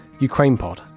ukrainepod